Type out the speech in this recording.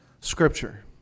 Scripture